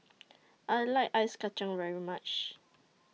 I like Ice Kachang very much